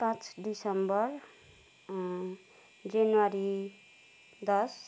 पाँच डिसेम्बर जनवरी दस